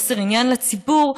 חוסר עניין לציבור,